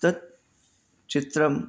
तत् चित्रम्